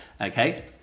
Okay